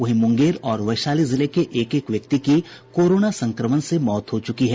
वहीं मुंगेर और वैशाली जिले के एक एक व्यक्ति की कोरोना संक्रमण से मौत हो चुकी है